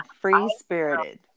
free-spirited